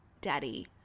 daddy